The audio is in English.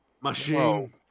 Machine